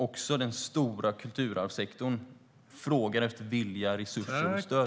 Också den stora kulturarvssektorn frågar efter vilja, resurser och stöd.